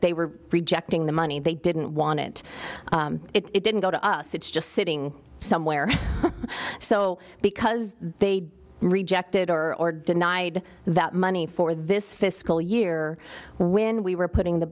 they were rejecting the money they didn't want it it didn't go to us it's just sitting somewhere so because they rejected or denied that money for this fiscal year when we were putting the